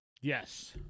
Yes